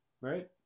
right